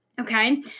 Okay